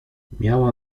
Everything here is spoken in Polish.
miała